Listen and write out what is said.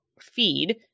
feed